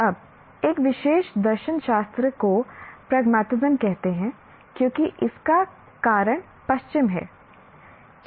अब एक विशेष दर्शनशास्त्र को प्रगमतिस्म कहते हैं क्योंकि इसका कारण पश्चिम है